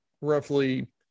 roughly